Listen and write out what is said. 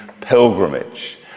pilgrimage